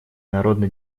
народно